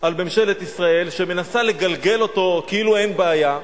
על ממשלת ישראל, שמנסה לגלגל אותו כאילו אין בעיה,